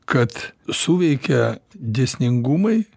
kad suveikia dėsningumai